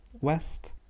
West